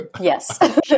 Yes